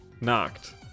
Knocked